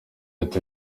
ati